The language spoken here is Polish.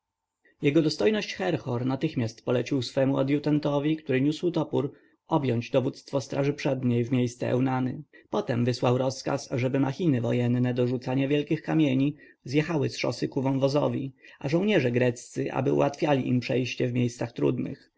jego dostojność herhor natychmiast polecił swemu adjutantowi który nosił topór objąć dowództwo straży przedniej w miejsce eunany potem wysłał rozkaz ażeby machiny wojenne do rzucania wielkich kamieni zjechały z szosy ku wąwozowi a żołnierze greccy aby ułatwiali im przejście w miejscach trudnych